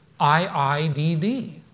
IIDD